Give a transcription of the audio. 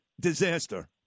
disaster